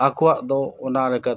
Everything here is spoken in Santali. ᱟᱠᱚᱣᱟᱜ ᱫᱚ ᱚᱱᱟᱞᱮᱠᱟ